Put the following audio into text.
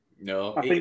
No